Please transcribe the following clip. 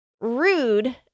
rude